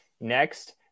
Next